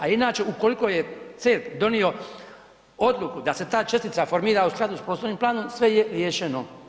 A inače ukoliko je CERP donio odluku da se ta čestica formira u skladu s prostornim planom, sve je riješeno.